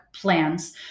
plans